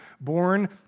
born